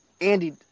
Andy